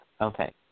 Okay